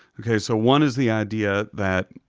okay, so one is the idea that.